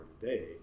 today